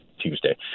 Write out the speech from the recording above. Tuesday